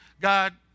God